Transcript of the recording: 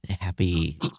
Happy